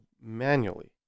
manually